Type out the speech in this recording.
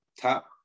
top